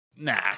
Nah